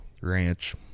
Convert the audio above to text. Ranch